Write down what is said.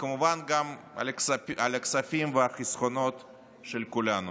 וכמובן גם על הכספים והחסכונות של כולנו.